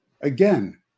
Again